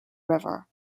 river